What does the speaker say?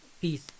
peace